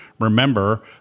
remember